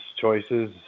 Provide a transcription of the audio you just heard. choices